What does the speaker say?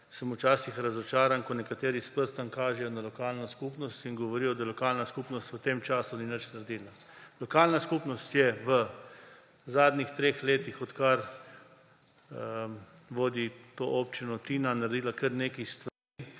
sem včasih razočaran, ko nekateri s prstom kažejo na lokalno skupnost in govorijo, da lokalna skupnost v tem času ni nič naredila. Lokalna skupnost je v zadnjih treh letih, odkar vodi to občino Tina, naredila kar nekaj stvari,